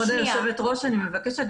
כבוד היושבת-ראש, אני מבקשת